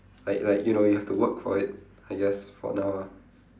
like like you know you have to work for it I guess for now ah